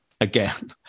again